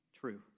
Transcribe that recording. true